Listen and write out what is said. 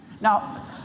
Now